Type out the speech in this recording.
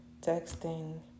texting